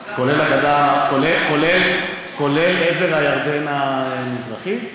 אז גם, כולל עבר הירדן המזרחי,